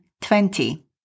twenty